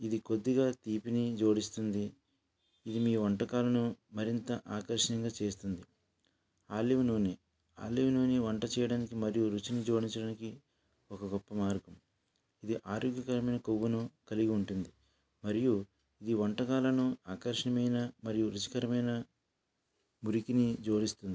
ఇది కొద్దిగా తీపిని జోడిస్తుంది ఇది మీ వంటకాలను మరింత ఆకర్షణీయంగా చేస్తుంది ఆలివ్ నూనె ఆలివ్ నూనె వంట చేయడానికి మరియు రుచిని జోడించడానికి ఒక గొప్ప మార్గం ఇది ఆరోగ్యకరమైన కొవ్వును కలిగి ఉంటుంది ఇది మరియు వంటకాలను ఆకర్షణీయమైన మరియు రుచికరమైన మురికిని జోడిస్తుంది